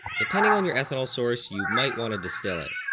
depending on your ethanol source you might want to distill it.